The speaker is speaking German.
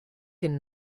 den